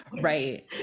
right